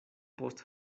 post